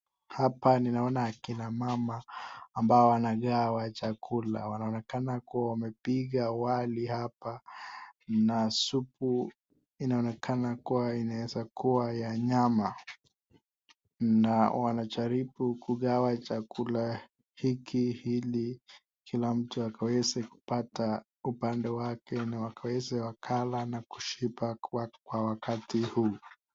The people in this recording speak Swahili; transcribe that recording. Hapa ninaona akina mama ambao wanagawa chakula wanaonekana kuwa wamepika wali hapa na supu inaonekana inaweza kuwa ya nyama na wanajaribu kugawa chakula hiki ili kila mtu akaweze kupata upande wake na wakaweze wakala na kushiba kwa wakati huu.